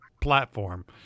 platform